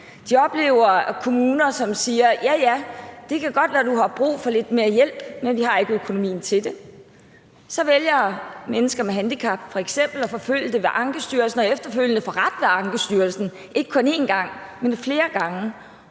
De oplever kommuner, som siger: Ja, ja, det kan godt være, at du har brug for lidt mere hjælp, men vi har ikke økonomien til det. Så vælger mennesker med handicap f.eks. at forfølge det ved Ankestyrelsen for efterfølgende at få ret ved Ankestyrelsen, ikke kun en gang, men flere gange,